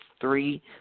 three